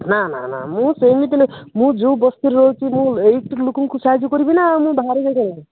ନା ନା ନା ମୁଁ ସେମିତି ହେଲେ ମୁଁ ଯୋଉ ବସ୍ତିରେ ରହୁଛି ମୁଁ ଏଇଠିର ଲୋକଙ୍କୁ ସାହାଯ୍ୟ କରିବି ନା ମୁଁ ବାହାରେ ଯାଇକି କ'ଣ